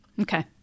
Okay